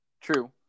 True